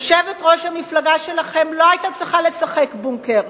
יושבת-ראש המפלגה שלכם לא היתה צריכה לשחק בונקר.